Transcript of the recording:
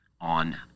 on